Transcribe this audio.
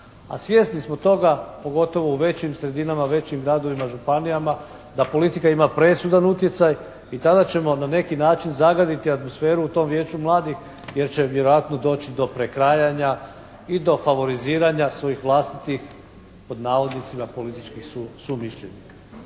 a svjesni smo toga, pogotovo u većim sredinama, većim gradovima, županijama da politika ima presudan utjecaj i tada ćemo na neki način zagaditi atmosferu u tom vijeću mladih jer će vjerojatno doći do prekrajanja i do favoriziranja svojih "vlastitih političkih sumišljenika".